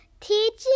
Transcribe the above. teaching